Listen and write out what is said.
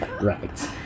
Right